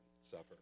suffer